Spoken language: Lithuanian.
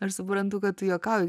aš suprantu kad juokauju